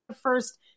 first